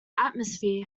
atmosphere